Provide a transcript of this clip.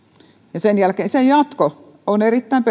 ja sen jälkeen se jatko on erittäin